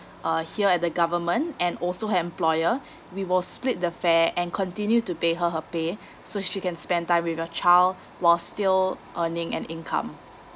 uh here at the government and also employer we will split the fare and continue to pay her her pay so she can spend time with her child while still earning an income